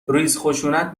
ریزخشونت